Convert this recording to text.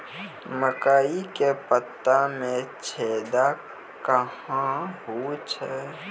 मकई के पत्ता मे छेदा कहना हु छ?